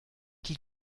die